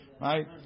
right